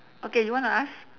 okay you wanna ask